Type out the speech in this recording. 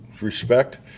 respect